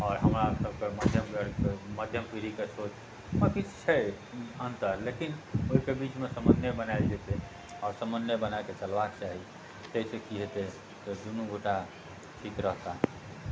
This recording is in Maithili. आओर हमरासबके मध्यम वर्गके मध्यम पीढ़ीके सोचमे किछु छै अन्तर लेकिन ओहिके बीचमे समन्वय बनाएल जेतै आओर समन्वय बनाकऽ चलबाके चाही ताहिसँ की हेतै तऽ दुनू गोटा ठीक रहताह